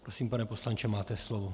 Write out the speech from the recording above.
Prosím, pane poslanče, máte slovo.